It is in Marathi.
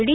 डी